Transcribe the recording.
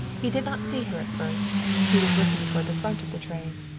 he did not see her at first. he was looking toward the front of the train.